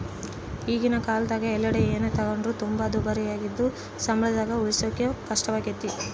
ಈಗಿನ ಕಾಲದಗ ಎಲ್ಲೆಡೆ ಏನೇ ತಗೊಂಡ್ರು ತುಂಬಾ ದುಬಾರಿಯಾಗಿದ್ದು ಸಂಬಳದಾಗ ಉಳಿಸಕೇ ಕಷ್ಟವಾಗೈತೆ